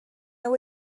nhw